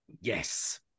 Yes